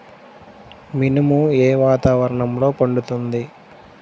మినుము ఏ వాతావరణంలో పండుతుంది?